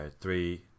Three